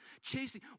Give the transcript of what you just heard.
Chasing